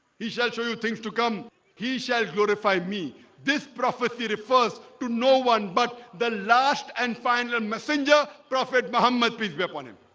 he shall show you things to come he shall purify me this prophecy refers to no one but the last and final and messenger prophet muhammad peace be upon him